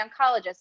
oncologist